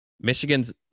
Michigan's